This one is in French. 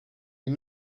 est